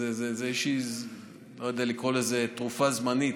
זו איזושהי תרופה זמנית,